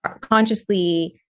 consciously